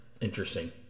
Interesting